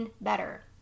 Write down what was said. better